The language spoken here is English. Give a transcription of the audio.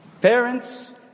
Parents